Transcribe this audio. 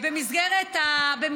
אל תהיי כל כך בטוחה.